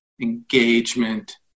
engagement